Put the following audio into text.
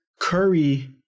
Curry